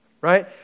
right